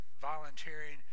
volunteering